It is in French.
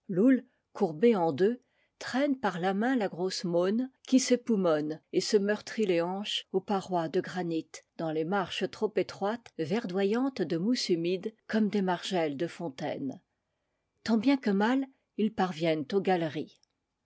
courbé en deux traîne par la main la grosse mon qui s'époumone et se meurtrit les hanches aux parois de granit dans les marches trop étroites verdoyantes de mousse humide comme des margelles de fontaines tant bien que mal ils parviennent aux galeries